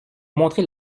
montrer